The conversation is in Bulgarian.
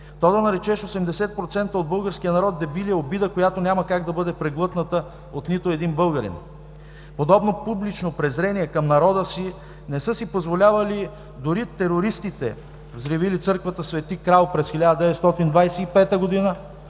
то да наречеш 80% от българския народ „дебили“ е обида, която няма как да бъде преглътната от нито един българин. Подобно публично презрение към народа си не са си позволявали дори терористите, взривили църквата „Св. Крал“ през 1925 г.,